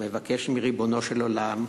המבקש מריבונו של עולם,